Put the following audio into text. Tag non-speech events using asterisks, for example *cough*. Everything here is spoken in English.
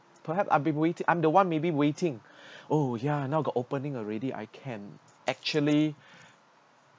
perhaps I'll be waiting I'm the one maybe waiting *breath* oh yeah now got opening already I can actually